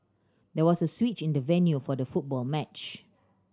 there was a switch in the venue for the football match